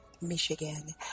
Michigan